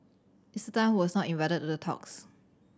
Mister Tan who was not invited to the talks